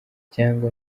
cyangwa